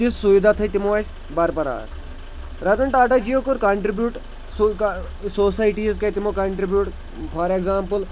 تِژھ سُویدا تھٔے تِمو اَسہِ بربرار رَتَن ٹاٹا جِیو کوٚر کَنٹِرٛبیوٗٹ سُہ سوسایٹیٖز کَرِ تِمو کَنٹِرٛبیوٗٹ فار ایٚگزامپٕل